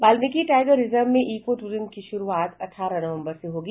Valmiki tiger reserve में eco tourism की शुरूआत अठारह नवंबर से होगी